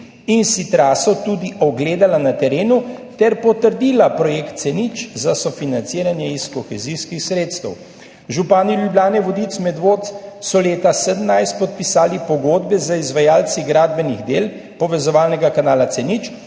in si traso tudi ogledala na terenu ter potrdila projekt C0 za sofinanciranje iz kohezijskih sredstev. Župani Ljubljane, Vodic in Medvod so leta 2017 podpisali pogodbe z izvajalci gradbenih del povezovalnega kanala C0,